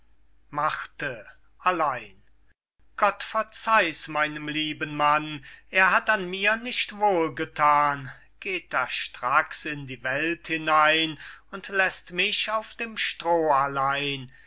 allein gott verzeih's meinem lieben mann er hat an mir nicht wohl gethan geht da stracks in die welt hinein und läßt mich auf dem stroh allein